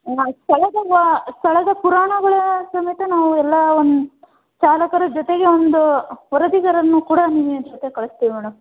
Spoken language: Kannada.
ಆ ಸ್ಥಳಗಳ ಸ್ಥಳದ ಪುರಾಣಗಳನ್ನು ಸಮೇತ ನಾವು ಎಲ್ಲ ಒಂದು ಚಾಲಕರ ಜೊತೆಗೆ ಒಂದು ವರದಿಗಾರರನ್ನು ಕೂಡ ನಿಮ್ಮ ಜೊತೆ ಕಳಿಸ್ತೀವಿ ಮೇಡಮ್